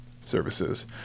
Services